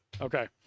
Okay